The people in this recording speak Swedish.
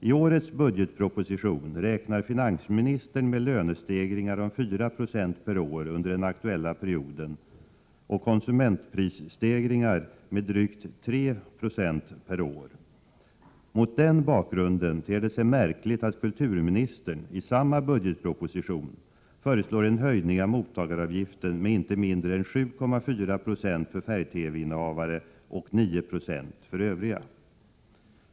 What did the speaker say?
I årets budgetproposition räknar finansministern med lönestegringar om 4 96 per år under den aktuella perioden och konsumentprisstegringar på drygt 3 2 per år. Mot den bakgrunden ter det sig märkligt att kulturministern i samma budgetproposition föreslår en höjning av mottagaravgiften med inte mindre än 7,4 Ye för färg-TV-innehavare och 9 96 för övriga.